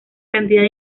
cantidad